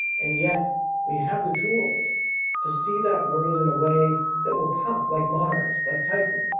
and yet we have the tools to see that world in a way that will pop like mars, like titan,